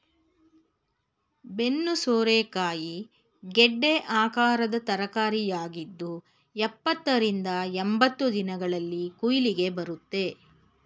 ಬೆನ್ನು ಸೋರೆಕಾಯಿ ಗೆಡ್ಡೆ ಆಕಾರದ ತರಕಾರಿಯಾಗಿದ್ದು ಎಪ್ಪತ್ತ ರಿಂದ ಎಂಬತ್ತು ದಿನಗಳಲ್ಲಿ ಕುಯ್ಲಿಗೆ ಬರುತ್ತೆ